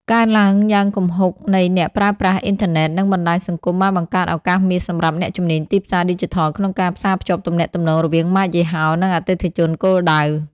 រកើនឡើងយ៉ាងគំហុគនៃអ្នកប្រើប្រាស់អ៊ីនធឺណិត និងបណ្តាញសង្គមបានបង្កើតឱកាសមាសសម្រាប់អ្នកជំនាញទីផ្សារឌីជីថលក្នុងការផ្សារភ្ជាប់ទំនាក់ទំនងរវាងម៉ាកយីហោ និងអតិថិជនគោលដៅ។